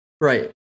Right